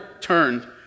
turned